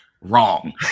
wrong